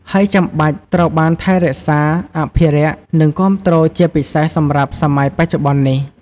ហើយចាំបាច់ត្រូវបានថែរក្សា អភិរក្ស និងគាំទ្រជាពិសេសសម្រាប់សម័យបច្ចុប្បន្ននេះ។